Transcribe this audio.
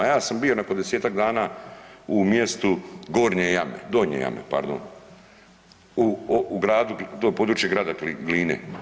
Ja sam bio nakon desetak dana u mjestu Gornje Jame, Donje Jame pardon u gradu, to je područje grada Gline.